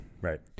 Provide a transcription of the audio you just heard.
right